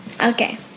Okay